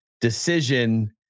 decision